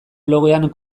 blogean